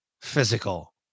physical